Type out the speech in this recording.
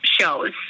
shows